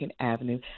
Avenue